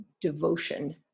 devotion